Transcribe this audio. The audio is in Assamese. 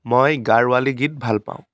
মই গাৰৱালী গীত ভাল পাওঁ